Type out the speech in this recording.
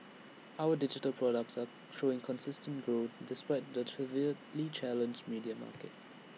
our digital products are showing consistent growth despite the severely challenged media market